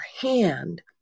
hand